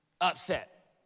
upset